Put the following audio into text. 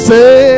Say